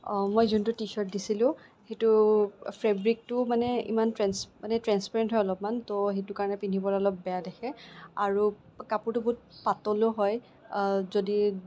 মই যোনটো T shirt দিছিলোঁ সেইটো ফেব্ৰিকটো মানে ইমান ট্ৰেন্স মানে ট্ৰেন্সপেৰেণ্ট হয় অলপমান ত' সেইটো কাৰণে পিন্ধিবলে অলপ বেয়া দেখে আৰু কাপোৰটো বহুত পাতলো হয় যদি